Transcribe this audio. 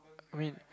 I mean